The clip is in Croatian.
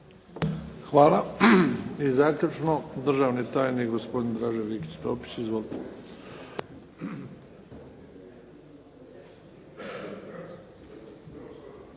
Hvala. I zaključno državni tajnik gospodin Dražen Vikić Topić. Izvolite.